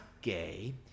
gay